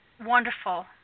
wonderful